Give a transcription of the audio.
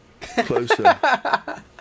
closer